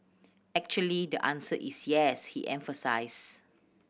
actually the answer is yes he emphasised